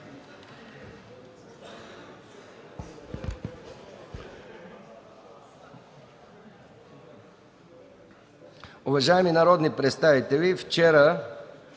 Уважаеми народни представители, вчера